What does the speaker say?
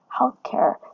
healthcare